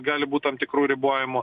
gali būt tam tikrų ribojimų